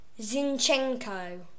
Zinchenko